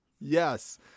yes